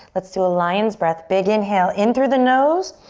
let's do a lion's breath. big inhale in through the nose.